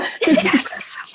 yes